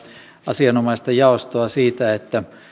asianomaista jaostoa siitä että